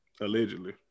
Allegedly